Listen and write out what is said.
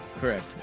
Correct